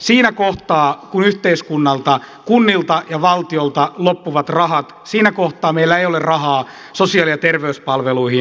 siinä kohtaa kun yhteiskunnalta kunnilta ja valtiolta loppuvat rahat siinä kohtaa meillä ei ole rahaa sosiaali ja terveyspalveluihin